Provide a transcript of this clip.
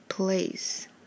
place